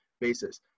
basis